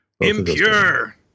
Impure